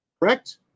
Correct